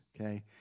Okay